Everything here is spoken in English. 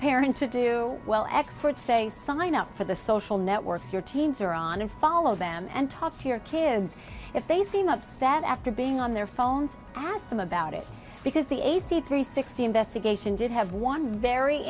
parent to do well experts say sign up for the social networks your teens are on and follow them and talk to your kids if they seem upset after being on their phones ask them about it because the a c three sixty investigation did have one very